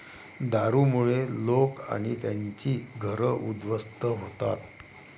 दारूमुळे लोक आणि त्यांची घरं उद्ध्वस्त होतात